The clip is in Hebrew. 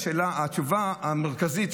התשובה המרכזית,